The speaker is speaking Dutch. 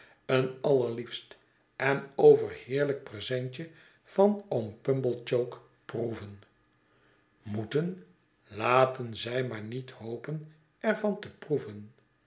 een allerliefst en overheerlijk presentje van oom pumblechook proeven moeten laten zij maar niet hopen er van te proeven